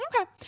Okay